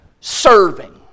Serving